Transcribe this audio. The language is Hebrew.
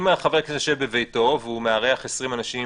אם חבר הכנסת יושב בביתו והוא מארח 20 אנשים